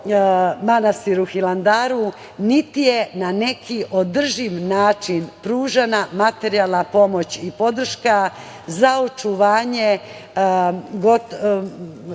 manastiru Hilandaru, niti je na neki održiv način pružena materijalna pomoć i podrška za očuvanje